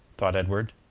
thought edward,